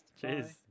Cheers